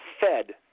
fed